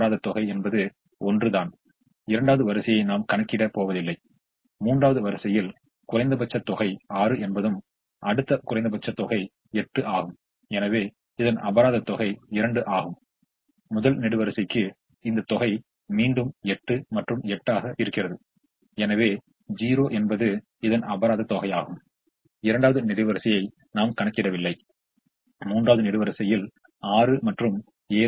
ஆக இதன் அடிப்படையில் நமக்கு கிடைத்து இருக்கும் புது செல்வு தொகை 565 என்பதை மீண்டும் கவனித்தோம் என்றால் நமக்கு தெரியும் அதாவது இந்த 590 இன் முந்தைய தீர்விலிருந்து இந்த 565 என்ற தீர்வு இப்போது நமக்கு கிடைத்துள்ளது இதிலிருந்து நமக்கு பூரிந்து கொள்ளமுடிவது என்னவென்றால் ஒரு யூனிடின் லாபம் 1 அல்லது 1 1 என்பது செலவைக் குறைக்கும் லாபத்தைக் குறிக்கிறது அங்கு நம்மால் பூர்த்தி செய்ய முடிந்த அளவு 25 ஆகும்